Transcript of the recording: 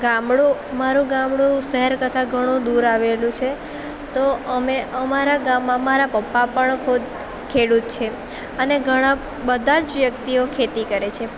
ગામડું મારું ગામડું શહેર કરતાં ઘણું દૂર આવેલું છે તો અમે અમારા ગામ મારા પપ્પા પણ ખુદ ખેડૂત છે અને ઘણાં બધાં જ વ્યક્તિઓ ખેતી કરે છે